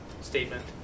statement